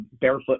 Barefoot